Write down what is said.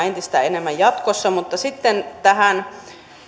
entistä enemmän jatkossa mutta sitten tähän